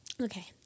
Okay